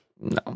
No